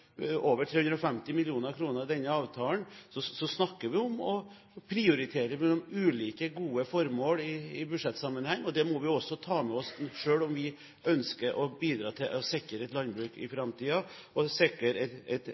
over 350 mill. kr med denne avtalen, snakker vi om å prioritere mellom ulike gode formål i budsjettsammenheng. Det må vi også ta med oss, selv om vi ønsker å bidra til å sikre et landbruk i framtiden og sikre et